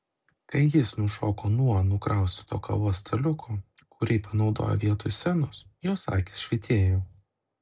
kai jis nušoko nuo nukraustyto kavos staliuko kurį panaudojo vietoj scenos jos akys švytėjo